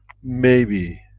maybe,